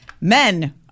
men